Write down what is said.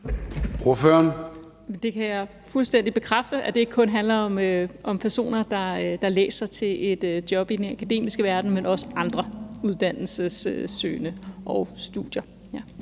Jeg kan fuldstændig bekræfte, at det ikke kun handler om personer, der læser til et job i den akademiske verden, men også andre uddannelsessøgende og studier.